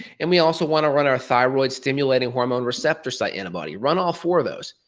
and we also wanna run our thyroid stimulating hormone receptor site antibody, run all four of those.